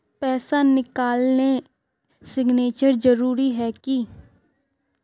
पैसा निकालने सिग्नेचर जरुरी है की?